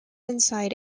inside